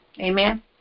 Amen